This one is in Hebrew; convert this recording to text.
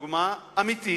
נתתי דוגמה אמיתית,